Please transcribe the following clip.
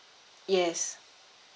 yes